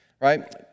Right